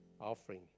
offering